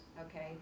okay